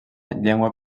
llengua